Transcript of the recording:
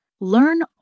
Learn